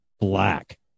black